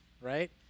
right